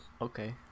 Okay